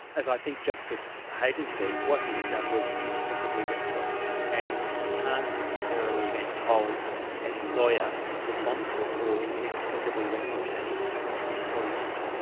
as i think justice hayden said, what he had done was inexplicably reckless and you can't necessarily then hold an employer responsible for the inexplicably reckless acts of ah an employee.